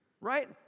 Right